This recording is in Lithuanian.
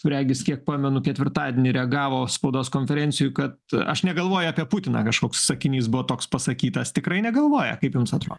regis kiek pamenu ketvirtadienį reagavo spaudos konferencijoj kad aš negalvoju apie putiną kažkoks sakinys buvo toks pasakytas tikrai negalvoja kaip jums atro